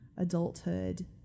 adulthood